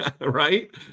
Right